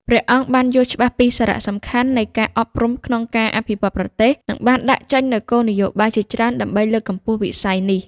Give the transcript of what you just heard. ព្រះអង្គបានយល់ច្បាស់ពីសារៈសំខាន់នៃការអប់រំក្នុងការអភិវឌ្ឍប្រទេស និងបានដាក់ចេញនូវគោលនយោបាយជាច្រើនដើម្បីលើកកម្ពស់វិស័យនេះ។